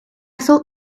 thought